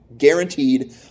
Guaranteed